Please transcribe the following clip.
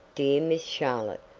dear miss charlotte,